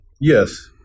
yes